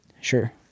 Sure